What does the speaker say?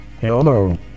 Hello